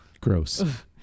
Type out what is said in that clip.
Gross